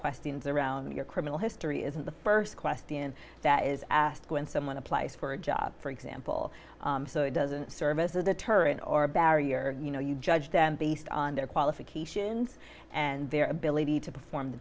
questions around your criminal history isn't the st question that is asked when someone applies for a job for example so it doesn't serve as a deterrent or a barrier you know you judge them based on their qualifications and their ability to perform the